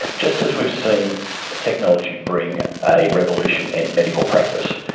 just as we've seen the technology bring a revolution in medical practice,